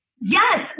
Yes